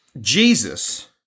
Jesus